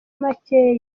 makeya